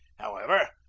however.